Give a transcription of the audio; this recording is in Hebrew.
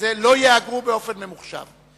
לא ייאגרו באופן ממוחשב.